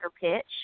pitch